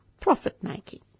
profit-making